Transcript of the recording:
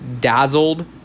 dazzled